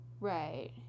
Right